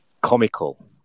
comical